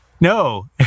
no